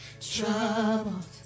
troubled